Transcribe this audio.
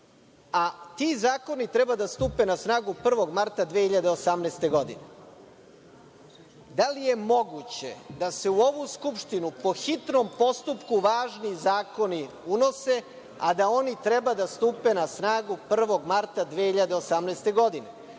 a ti zakoni treba da stupe na snagu 1. marta 2018. godine. Da li je moguće da se u ovu Skupštinu po hitnom postupku važni zakoni unose, a da oni treba da stupe na snagu 1. marta 2018. godine? Kao